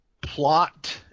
plot